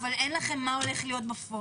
אבל אין לכם תכנית מה הולך להיות בפועל.